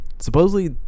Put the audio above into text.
Supposedly